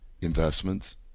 investments